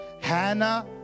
Hannah